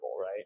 right